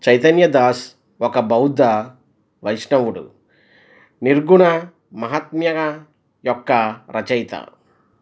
చైతన్య దాస్ ఒక బౌద్ధ వైష్ణవుడు నిర్గుణ మహాత్మ యొక్క రచయిత